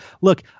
look